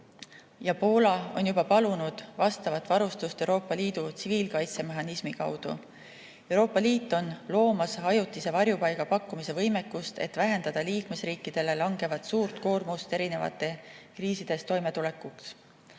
ja Poola on juba palunud sellist varustust Euroopa Liidu tsiviilkaitsemehhanismi kaudu. Euroopa Liit on hakanud looma ajutise varjupaiga pakkumise võimekust, et vähendada liikmesriikidele langevat suurt koormust erinevate kriisidega toimetulekuks.